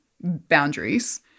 boundaries